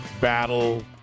battle